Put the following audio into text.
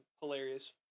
hilarious